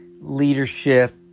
leadership